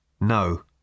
No